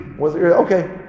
Okay